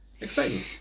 Exciting